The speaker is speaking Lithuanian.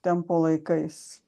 tempo laikais